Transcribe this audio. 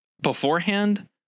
beforehand